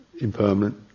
impermanent